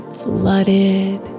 flooded